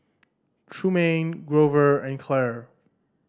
Trumaine Grover and Clair